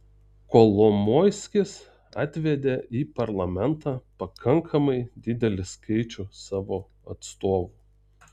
kolomoiskis atvedė į parlamentą pakankamai didelį skaičių savo atstovų